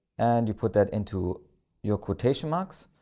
and you put that into your quotation marks,